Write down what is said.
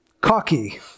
cocky